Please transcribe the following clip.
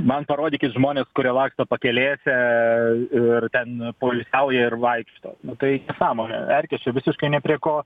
man parodykit žmones kurie laksto pakelėse ir ten poilsiauja ir vaikšto nu tai nesąmonė erkės čia visiškai ne prie ko